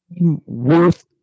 worth